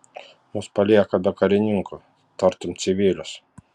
mus palieka be karininkų tartum civilius